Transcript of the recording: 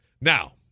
Now